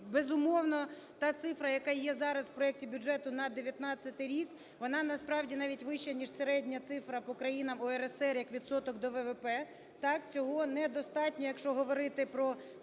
Безумовно, та цифра, яка є зараз в проекті бюджету на 19-й рік, вона, насправді, навіть вища, ніж середня цифра по країнам ОЕСР як відсоток до ВВП. Так, цього недостатньо, якщо говорити про